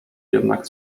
jednak